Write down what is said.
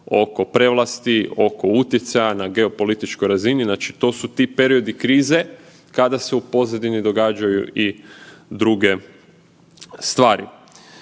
oko prevlasti, oko utjecaja na geo političkoj razini, znači to su ti periodi krize kada se u pozadini događaju i druge stvari.